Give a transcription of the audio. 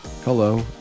Hello